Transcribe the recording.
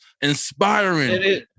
inspiring